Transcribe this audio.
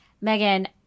Megan